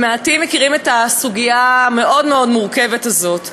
ומעטים מכירים את הסוגיה המאוד-מאוד מורכבת הזאת,